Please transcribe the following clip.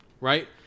right